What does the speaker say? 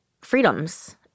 freedoms